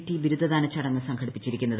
T ബിരുദദാന ചടങ്ങ് സംഘടിപ്പിച്ചിരിക്കുന്നത്